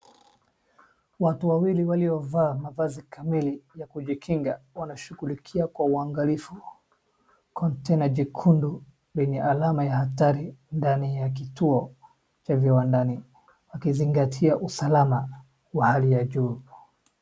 Watu wawili waliovaa mavazi kamili ya kujikinga wanashughulikia kwa uangalifu container jekundu lenye alama ya hatari ndani ya kituo cha viwandani wakizingatia usalama wa hali ya juu.